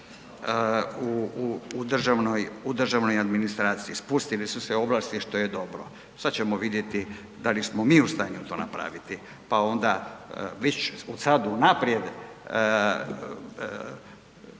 u državnoj administraciji. Spustile su se ovlasti što je dobro, sada ćemo vidjeti da li smo mi to u stanju napraviti pa onda već sada unaprijed